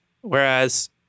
Whereas